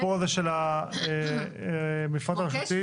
הסיפור הזה של מפרט הרשותי.